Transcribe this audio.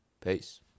Peace